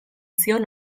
zion